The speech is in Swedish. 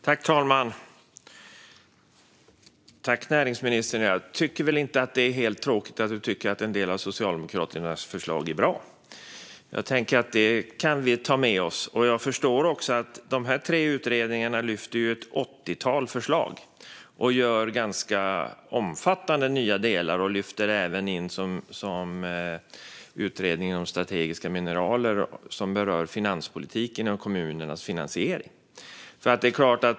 Herr talman! Jag tycker väl inte att det är tråkigt att näringsministern tycker att en del av Socialdemokraternas förslag är bra. Det kan vi ta med oss. I de tre utredningarna lyfts det upp ett åttiotal förslag och ganska omfattande nya delar. I utredningen som handlar om strategiska mineral lyfter man även in och berör finanspolitiken och kommunernas finansiering.